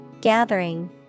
Gathering